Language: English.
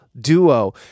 Duo